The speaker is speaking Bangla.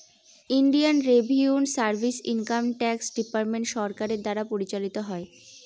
Indian revenue service income tax department সরকারের দ্বারা পরিচালিত হয়